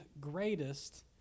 greatest